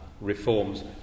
Reforms